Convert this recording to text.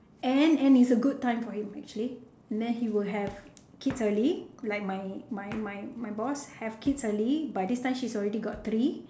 and and it's a good time for him actually and then he will have kids early like my my my boss have kids early by this time she's already got three